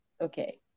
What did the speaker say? Okay